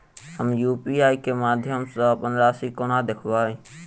हम यु.पी.आई केँ माध्यम सँ अप्पन राशि कोना देखबै?